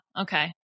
Okay